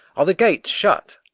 are the gates shut?